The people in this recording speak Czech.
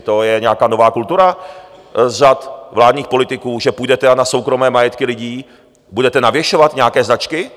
To je nějaká nová kultura z řad vládních politiků, že půjdete a na soukromé majetky lidí budete navěšovat nějaké značky?